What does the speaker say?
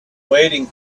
waiting